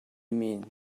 mean